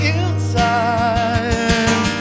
inside